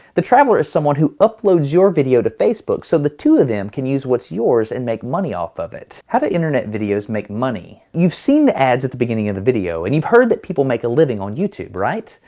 the traveller is someone who uploads your video to facebook so the two of them can use what's yours and make money off of it. how do internet videos make money? you've seen the ads at the beginning of the video and you've heard that people make a living on youtube right?